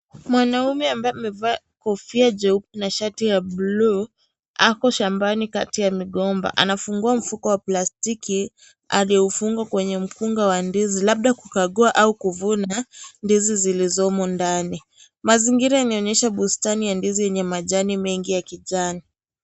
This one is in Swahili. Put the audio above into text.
Mwanaume ambaye amevaa kofia jeupe na shati ya blue ako shambani kati ya migomba anafungua mfuko wa plastiki alioufungwa kwenye mfunge wa ndizi hizi, labda kukagua au kuvuna ndizi zilizomo ndani, mazingira yanaonyesha bustani ya ndizi yenye majani mengi ya kijani.